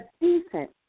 decent